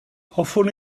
hoffwn